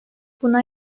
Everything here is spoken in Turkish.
buna